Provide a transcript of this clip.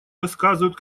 рассказывают